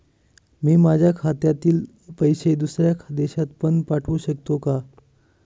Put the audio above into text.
मी माझ्या खात्यातील पैसे दुसऱ्या देशात पण पाठवू शकतो का?